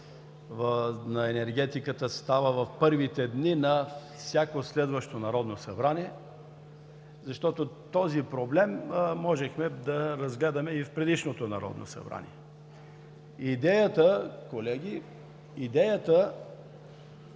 за енергетиката става в първите дни на всяко следващо Народно събрание, защото този проблем можехме да го разгледаме в предишното Народно събрание. Идеята е да